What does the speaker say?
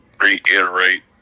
reiterate